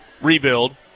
rebuild